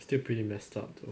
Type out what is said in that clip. still pretty messed up though